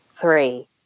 three